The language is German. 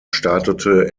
startete